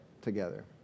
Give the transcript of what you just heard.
together